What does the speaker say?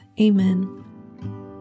Amen